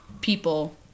people